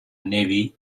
navy